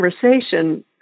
conversation